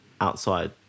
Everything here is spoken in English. outside